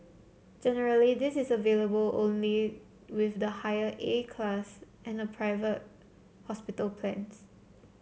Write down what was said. generally this is available only with the higher A class and private hospital plans